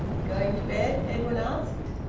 going to bed? edwin asked.